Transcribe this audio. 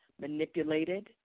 manipulated